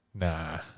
Nah